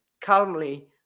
calmly